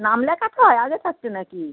নাম লেখাতে হয় আগে থাকতে নাকি